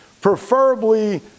Preferably